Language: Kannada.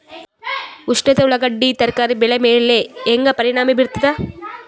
ಉಷ್ಣತೆ ಉಳ್ಳಾಗಡ್ಡಿ ತರಕಾರಿ ಬೆಳೆ ಮೇಲೆ ಹೇಂಗ ಪರಿಣಾಮ ಬೀರತದ?